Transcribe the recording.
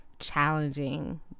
Challenging